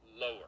lower